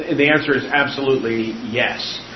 and the answer is absolutely, yes.